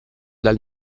dal